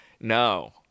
no